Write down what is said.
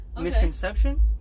misconceptions